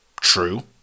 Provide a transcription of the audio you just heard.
True